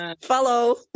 follow